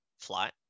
flight